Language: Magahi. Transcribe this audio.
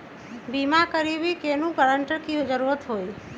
बिमा करबी कैउनो गारंटर की जरूरत होई?